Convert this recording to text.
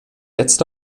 jetzt